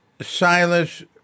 Silas